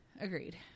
Agreed